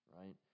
right